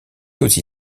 aussi